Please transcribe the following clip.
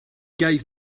gave